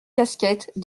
casquettes